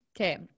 okay